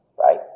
Right